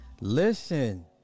listen